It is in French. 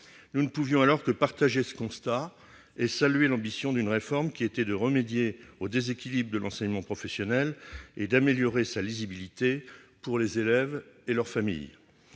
Nous ne pouvions alors que partager ce constat et saluer l'ambition d'une réforme qui visait à remédier aux déséquilibres de l'enseignement professionnel et à améliorer sa lisibilité pour les élèves et leurs familles.